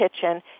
kitchen